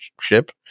ship